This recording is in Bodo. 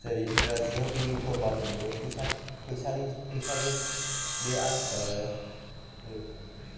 जेरै इंराजियाव भेलु फर मानि बुङो फैसा फैसानि फैसाजों बे